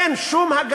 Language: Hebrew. אין שום הגנה.